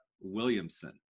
Williamson